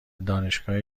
دانشگاه